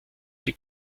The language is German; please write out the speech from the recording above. die